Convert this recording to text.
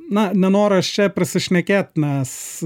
na nenoras čia prisišnekėt nes